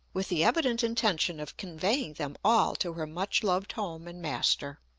with the evident intention of conveying them all to her much-loved home and master.